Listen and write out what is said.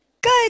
good